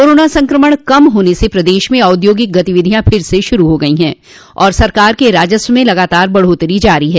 corona संक्रमण कम होने से प्रदेश में औद्योगिक गतिविधियां फिर से शुरू हो गई हैं और सरकार के राजस्व में लगातार बढ़ोत्तरी जारी है